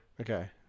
Okay